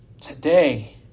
today